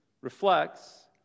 reflects